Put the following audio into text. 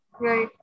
Right